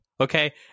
Okay